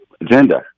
agenda